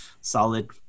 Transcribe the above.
Solid